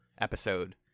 episode